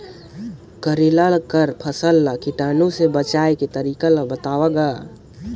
करेला कर फसल ल कीटाणु से बचाय के तरीका ला बताव ग?